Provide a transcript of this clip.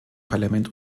parlament